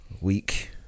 week